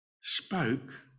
spoke